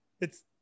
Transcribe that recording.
it's-